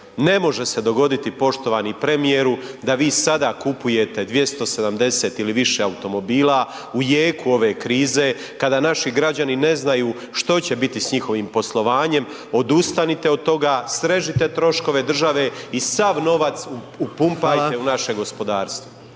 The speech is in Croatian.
Ne može dogoditi poštovani premijeru, da vi sada kupujete 270 ili više automobila u jeku ove krize kada naši građani ne znaju što će biti s njihovim poslovanjem, odustanite od toga, srežite troškove države i sav novac upumpajte u naše gospodarstvo.